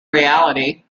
reality